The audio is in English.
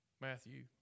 Matthew